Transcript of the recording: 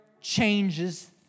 changes